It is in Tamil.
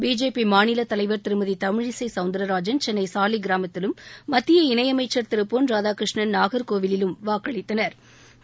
பிஜேபி மாநில தலைவர் திருமதி தமிழிசை சவுந்திரராஜன் சென்னை சாலிகிராமத்திலும் மத்திய அமைச்சா் திரு பொன் ராதாகிருஷ்ணன் நாகாகோவிலிலும் வாக்களித்தனா்